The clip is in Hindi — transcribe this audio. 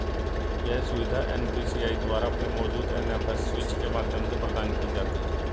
यह सुविधा एन.पी.सी.आई द्वारा अपने मौजूदा एन.एफ.एस स्विच के माध्यम से प्रदान की जाती है